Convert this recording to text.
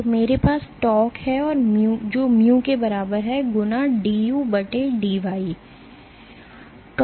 तो मेरे पास tau है जो mu के बराबर है गुना dudy